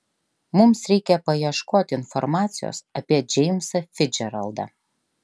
mums reikia paieškoti informacijos apie džeimsą ficdžeraldą